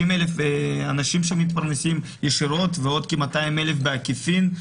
150,000 אנשים שמתפרנסים ישירות ועוד כ-200,000 בעקיפין,